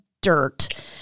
dirt